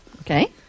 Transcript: Okay